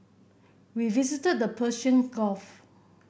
we visited the Persian Gulf